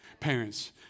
Parents